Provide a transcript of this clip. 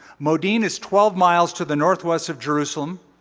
modine is twelve miles to the northwest of jerusalem.